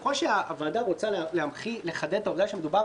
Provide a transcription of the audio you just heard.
ככל שהוועדה רוצה לחדד את העובדה שמדובר